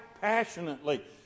passionately